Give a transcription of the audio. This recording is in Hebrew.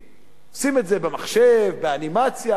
עושים את זה במחשב, באנימציה, זה בסדר.